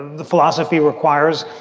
the philosophy requires.